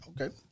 Okay